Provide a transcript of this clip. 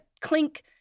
clink